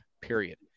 period